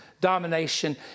domination